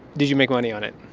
did you make money on it?